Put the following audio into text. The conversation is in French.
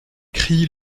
crie